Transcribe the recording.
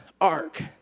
ark